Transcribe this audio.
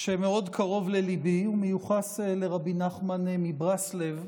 מאוד קרוב לליבי המיוחס לרבי נחמן מברסלב.